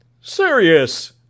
Serious